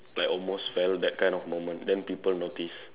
like almost fell that kind of moment then people noticed